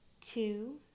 two